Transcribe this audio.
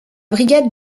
brigade